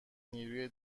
نیروی